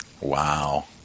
wow